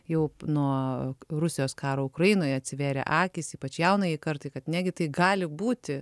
jau nuo rusijos karo ukrainoj atsivėrė akys ypač jaunajai kartai kad negi tai gali būti